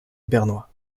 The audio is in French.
bernois